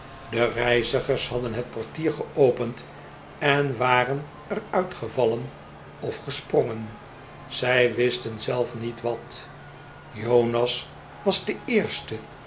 de reizigers hadden het portier geopend en waren er uitgevallen of gesprongen zij wisten zelf niet wat jonas was de eerste